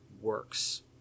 Works